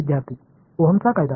विद्यार्थीः ओहम चा कायदा